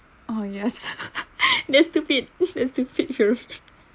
oh yes there's too fit there's too fit here